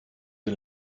den